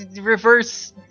reverse